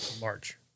March